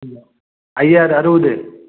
ம் ஐஆர் அறுபது